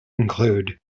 include